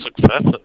successes